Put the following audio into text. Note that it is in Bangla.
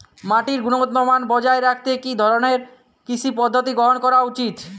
মাটির গুনগতমান বজায় রাখতে কি ধরনের কৃষি পদ্ধতি গ্রহন করা উচিৎ?